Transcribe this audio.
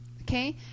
okay